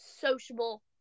sociable